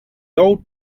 old